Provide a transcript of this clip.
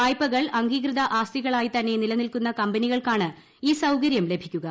വായ്പ്പകൾ അംഗീകൃത ആസ്തികളായിത്തന്നെ നിലനിൽക്കുന്ന കമ്പനികൾക്കാണ് ഈ സൌകര്യം ലഭിക്കുക